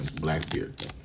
Blackbeard